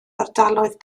ardaloedd